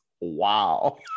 Wow